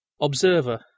Observer